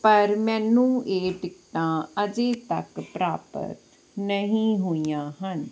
ਪਰ ਮੈਨੂੰ ਇਹ ਟਿਕਟਾਂ ਅਜੇ ਤੱਕ ਪ੍ਰਾਪਤ ਨਹੀਂ ਹੋਈਆਂ ਹਨ